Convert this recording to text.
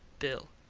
bill.